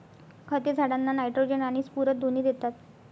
खते झाडांना नायट्रोजन आणि स्फुरद दोन्ही देतात